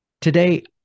Today